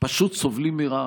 פשוט סובלים מרעב,